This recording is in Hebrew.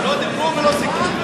לא דיברו ולא סיכמו.